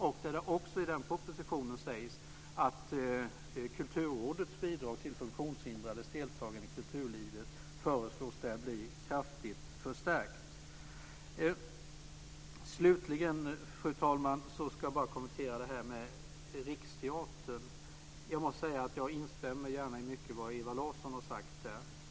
Det föreslås också i propositionen att Kulturrådets bidrag till funktionshindrades deltagande i kulturlivet ska bli kraftigt förstärkt. Slutligen, fru talman, ska jag bara kommentera det som gäller Riksteatern. Jag måste säga att jag gärna instämmer i mycket av det som Ewa Larsson har sagt.